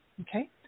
Okay